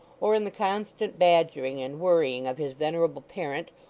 or in the constant badgering and worrying of his venerable parent,